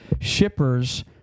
shippers